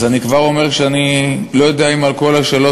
אז אני כבר אומר שאני לא יודע אם על כל השאלות